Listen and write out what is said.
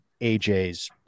AJ's